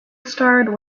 starred